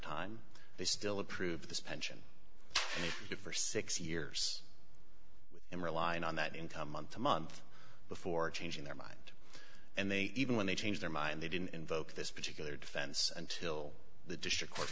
time they still approve this pension for six years and relying on that income month to month before changing their mind and they even when they changed their mind they didn't invoke this particular defense until the district court